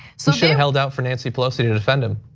so should've held out for nancy pelosi to defend him.